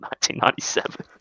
1997